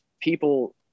people